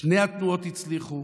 שתי התנועות הצליחו